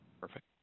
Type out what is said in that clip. Perfect